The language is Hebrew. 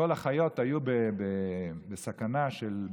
אם הוא הפסיד אז כל אזרחי ישראל הפסידו,